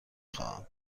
خواهم